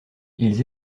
ils